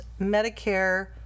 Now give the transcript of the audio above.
Medicare